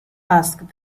asked